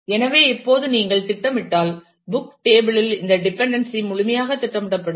எனவே இப்போது நீங்கள் திட்டமிட்டால் புக் டேபிள் யில் இந்த டிபன்டென்சீ முழுமையாக திட்டமிடப்படும்